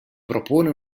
propone